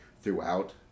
throughout